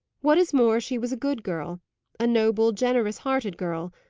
what is more, she was a good girl a noble, generous-hearted girl,